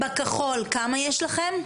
בכחול, כמה יש לכם?